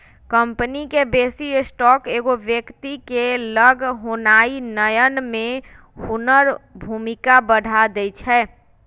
company के बेशी stock एगो व्यक्ति के लग होनाइ नयन में हुनकर भूमिका बढ़ा देइ छै